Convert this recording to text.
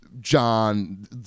John